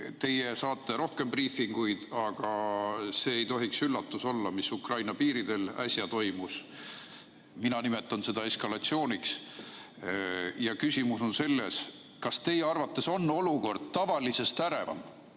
Teie saate rohkem briifinguid, aga see ei tohiks üllatus olla, mis äsja Ukraina piiridel toimus. Mina nimetan seda eskalatsiooniks. Küsimus on selles, kas teie arvates on olukord tavalisest ärevam,